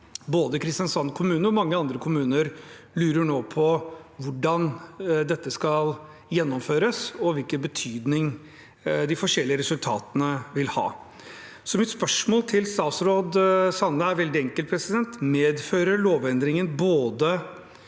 Både Kristiansand kommune og mange andre kommuner lurer nå på hvordan dette skal gjennomføres, og hvilken betydning de forskjellige resultatene vil ha. Mitt spørsmål til statsråd Sande er veldig enkelt: Medfører lovendringen både